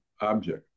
object